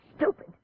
stupid